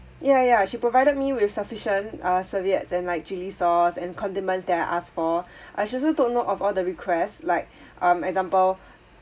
ya ya she provided me with sufficient uh serviettes and like chilli sauce and condiments that I asked for uh she also took note on all the requests like um example